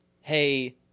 hey